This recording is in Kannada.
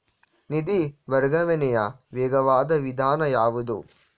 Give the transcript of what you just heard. ನಿಧಿ ವರ್ಗಾವಣೆಯ ವೇಗವಾದ ವಿಧಾನ ಯಾವುದು?